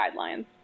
Guidelines